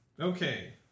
Okay